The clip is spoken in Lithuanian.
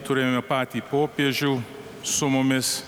turėjome patį popiežių su mumis